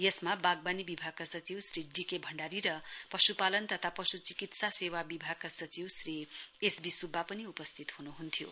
यसमा वाग्वनी विभागका सचिव श्री डी के भण्डारी र पशुपालन तथा पशुचिकित्सा सेवा विभागका सचिव श्री एसवी सुब्बा पनि उपस्थित हुनुहुन्थ्यो